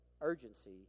urgency